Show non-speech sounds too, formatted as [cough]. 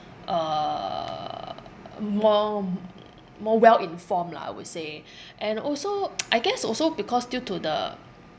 uh more [noise] more well informed lah I would say and also [noise] I guess also because due to the